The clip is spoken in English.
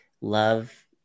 love